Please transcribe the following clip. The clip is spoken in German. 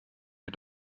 wir